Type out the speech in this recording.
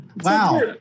wow